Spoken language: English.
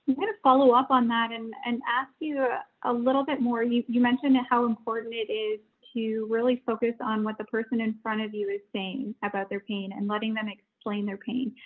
gonna follow up on that and and ask you a little bit more. you you mentioned how important it is to really focus on what the person in front of you is saying about their pain and letting them explain their pain.